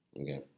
Okay